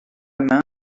main